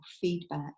feedback